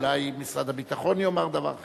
אולי משרד הביטחון יאמר דבר אחר.